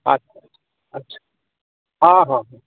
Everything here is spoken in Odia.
ଆଚ୍ଛା ଆଚ୍ଛା ଆଚ୍ଛା ହଁ ହଁ ହଁ